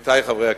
עמיתי חברי הכנסת,